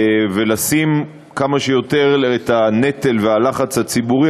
ולשים כמה שיותר את הנטל והלחץ הציבורי